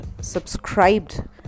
subscribed